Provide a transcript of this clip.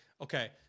okay